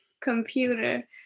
computer